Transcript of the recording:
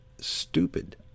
stupid